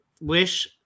wish